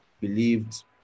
believed